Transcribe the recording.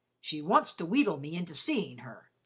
she wants to wheedle me into seeing her.